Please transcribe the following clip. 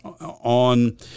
on